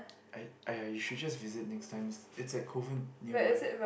ai~ !aiya! you should just visit next time it's at Kovan nearby